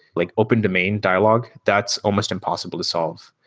like open domain dialogue, that's almost impossible to solve.